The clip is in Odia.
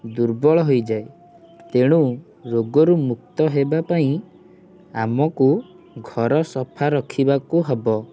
ଦୁର୍ବଳ ହୋଇଯାଏ ତେଣୁ ରୋଗରୁ ମୁକ୍ତ ହେବାପାଇଁ ଆମୁକୁ ଘର ସଫା ରଖିବାକୁ ହେବ